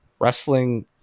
wrestling